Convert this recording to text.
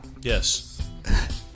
Yes